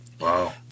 Wow